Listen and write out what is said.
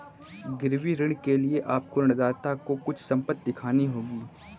गिरवी ऋण के लिए आपको ऋणदाता को कुछ संपत्ति दिखानी होगी